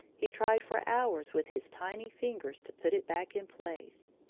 he tried for hours with his tiny fingers to put it back in place.